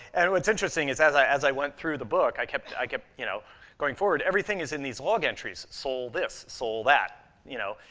and what's interesting is, as i as i went through the book, i kept i kept you know going forward. everything is in these log entries sol this, sol that. you know,